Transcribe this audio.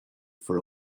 for